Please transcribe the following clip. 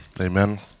Amen